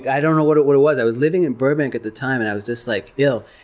i don't know what it what it was. i was living in burbank at the time and i was just like ill.